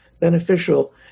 beneficial